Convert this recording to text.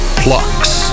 plucks